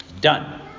done